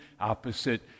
opposite